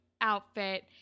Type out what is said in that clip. outfit